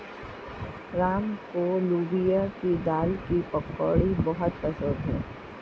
राम को लोबिया की दाल की पकौड़ी बहुत पसंद हैं